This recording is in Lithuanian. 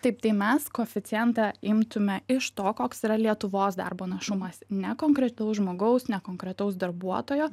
taip tai mes koeficientą imtume iš to koks yra lietuvos darbo našumas ne konkretaus žmogaus ne konkretaus darbuotojo